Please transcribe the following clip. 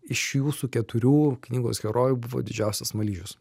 iš jūsų keturių knygos herojų buvo didžiausias smaližius